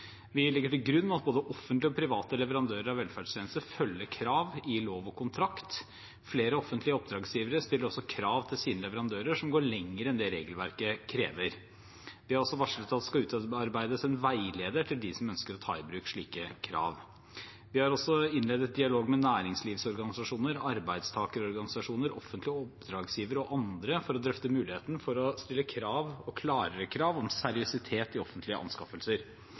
Vi legger til grunn at både offentlige og private leverandører av velferdstjenester følger krav i lov og kontrakt. Flere offentlige oppdragsgivere stiller også krav til sine leverandører som går lenger enn det regelverket krever. Vi har varslet at det skal utarbeides en veileder til de som ønsker å ta i bruk slike krav. Vi har også innledet dialog med næringslivsorganisasjoner, arbeidstakerorganisasjoner, offentlige oppdragsgivere og andre for å drøfte muligheten for å stille krav og klarere krav om seriøsitet i offentlige anskaffelser.